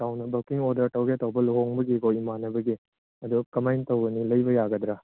ꯆꯥꯎꯅ booking order ꯇꯧꯒꯦ ꯇꯧꯕ ꯂꯨꯍꯣꯡꯕꯒꯤꯀꯣ ꯏꯃꯥꯟꯅꯕꯒꯤ ꯑꯗꯨ ꯀꯃꯥꯏ ꯇꯧꯒꯅꯤ ꯂꯩꯕ ꯌꯥꯒꯗ꯭ꯔꯥ